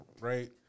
right